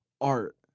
art